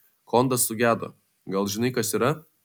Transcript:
kondas sugedo gal žinai kas yra